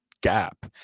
gap